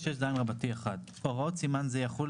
"זכאות עובד שהוא אומן 26ז1. הוראות סימן זה יחולו